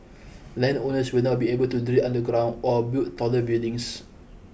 land owners will now be able to drill underground or build taller buildings